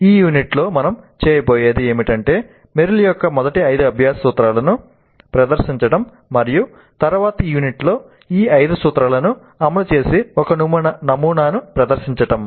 ఈ యూనిట్లో మనం చేయబోయేది ఏమిటంటే మెర్రిల్ యొక్క ఐదు మొదటి అభ్యాస సూత్రాలను ప్రదర్శించటం మరియు తరువాత యూనిట్లో ఈ ఐదు సూత్రాలను అమలు చేసే ఒక నమూనాను చర్చించటం